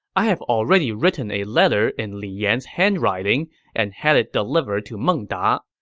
i have already written a letter in li yan's handwriting and had it delivered to meng da.